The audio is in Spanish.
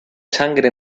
sangre